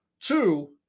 Two